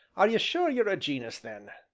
are you sure you are a gen'us then?